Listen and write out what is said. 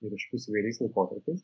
ryškus įvairiais laikotarpiais